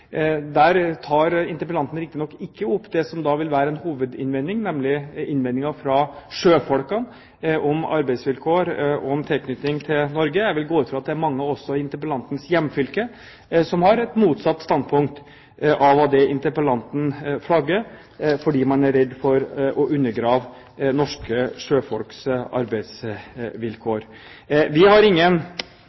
Der tar interpellanten riktignok ikke opp det som vil være en hovedinnvending, nemlig innvendingen fra sjøfolk om arbeidsvilkår og om tilknytning til Norge. Jeg vil gå ut fra at det er mange også fra interpellantens hjemfylke som har et motsatt standpunkt av det interpellanten flagger, fordi man er redd for å undergrave norske sjøfolks arbeidsvilkår.